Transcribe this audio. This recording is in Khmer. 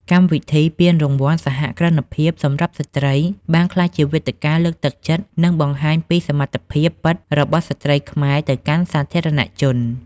កម្មវិធីពានរង្វាន់សហគ្រិនភាពសម្រាប់ស្ត្រី បានក្លាយជាវេទិកាលើកទឹកចិត្ត និងបង្ហាញពីសមត្ថភាពពិតរបស់ស្ត្រីខ្មែរទៅកាន់សាធារណជន។